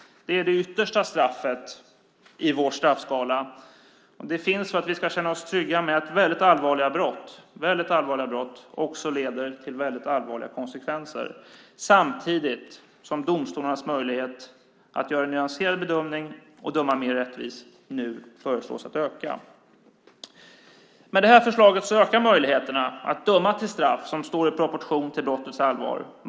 Det är det yttersta straffet i vår straffskala. Det finns för att vi ska känna oss trygga med att väldigt allvarliga brott också leder till mycket allvarliga konsekvenser samtidigt som domstolarnas möjlighet att göra en nyanserad bedömning och döma mer rättvist nu föreslås öka. Med det här förslaget ökar möjligheterna att döma till straff som står i proportion till brottets allvar.